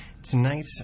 Tonight